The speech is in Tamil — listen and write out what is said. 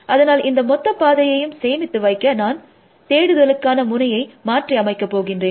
அதனால் இந்த மொத்த பாதையையும் சேமித்தது வைக்க நான் தேடுதலுக்கான முனையை மாற்றி அமைக்க போகின்றேன்